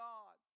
God